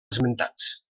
esmentats